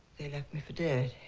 they left me for dead.